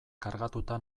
kargatuta